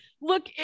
Look